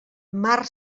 mar